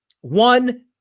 one